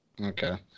Okay